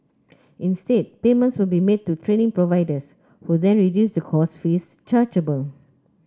instead payments will be made to training providers who then reduce the course fees chargeable